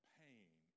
pain